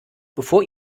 bevor